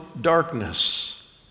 darkness